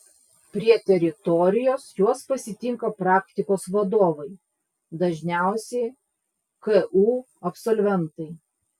prie teritorijos juos pasitinka praktikos vadovai dažniausiai ku absolventai